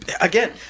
again